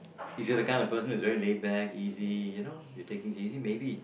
if you're the kind of person who's very laid back easy you know you take things easy maybe